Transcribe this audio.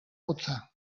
hotza